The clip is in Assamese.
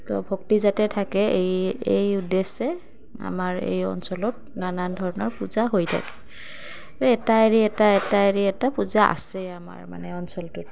তো ভক্তি যাতে থাকে এই এই উদ্দেশ্যে আমাৰ এই অঞ্চলত নানান ধৰণৰ পূজা হৈ থাকে এটা এৰি এটা এৰি এটা পূজা আছেই আমাৰ মানে অঞ্চলটোত